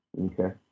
Okay